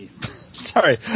Sorry